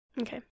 Okay